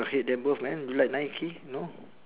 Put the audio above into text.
hate them both man you like nike no